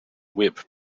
whip